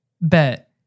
bet